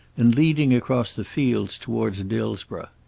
and leading across the fields towards dillsborough.